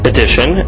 Edition